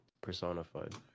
personified